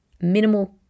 minimal